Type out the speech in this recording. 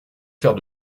faire